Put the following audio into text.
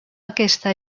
aquesta